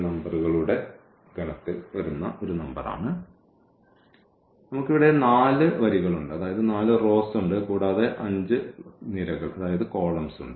നമുക്ക് 4 വരികളുണ്ട് കൂടാതെ 5 നിരകളുമുണ്ട്